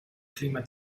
clima